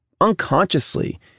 unconsciously